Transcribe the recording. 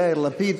יאיר לפיד,